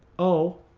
o,